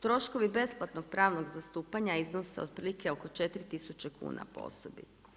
Troškovi besplatnog pravnog zastupanja iznose otprilike oko 4000 kuna po osobi.